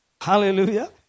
Hallelujah